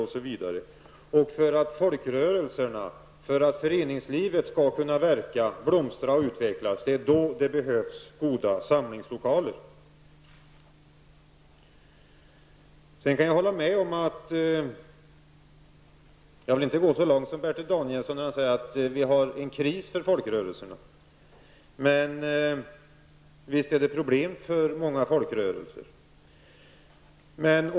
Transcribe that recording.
Och för att föreningslivet skall kunna verka, blomstra och utvecklas behövs goda samlingslokaler. Sedan vill jag inte gå så långt som Bertil Danielsson, när han säger att folkrörelserna är i kris, men visst har många folkrörelser problem.